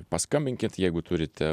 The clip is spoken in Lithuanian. paskambinkit jeigu turite